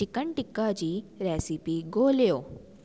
chicken tikka जी recipe ॻोल्हियो